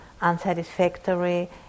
unsatisfactory